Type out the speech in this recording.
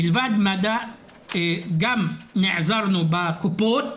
מלבד מד"א נעזרנו גם בקופות